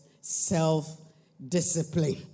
Self-discipline